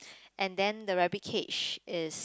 and then the rabbit cage is